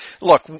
Look